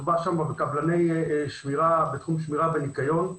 מדובר שם בקבלני בתחום שמירה וניקיון.